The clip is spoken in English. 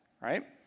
right